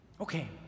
Okay